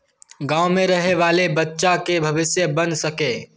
गाँव में रहे वाले बच्चा की भविष्य बन सके?